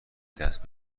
دست